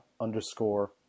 underscore